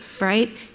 right